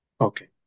Okay